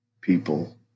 people